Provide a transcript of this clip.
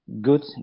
good